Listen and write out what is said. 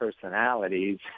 personalities